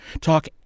talk